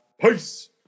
Peace